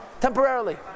temporarily